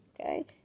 Okay